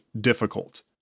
difficult